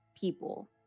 people